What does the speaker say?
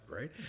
right